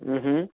હં હં